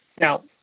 Now